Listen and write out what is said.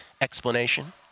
explanation